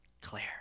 claire